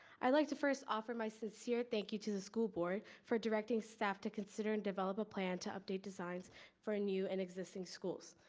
i like to first offer my sincere thank you to the school board for directing staff to consider and develop a plan to update designs for new and existing schools.